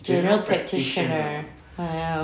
general practitioner !wow!